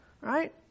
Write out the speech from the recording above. Right